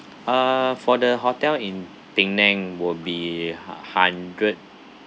uh for the hotel in penang would be hu~ hundred